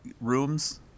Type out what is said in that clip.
rooms